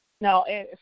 No